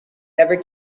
never